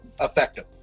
effective